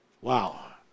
Wow